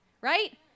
right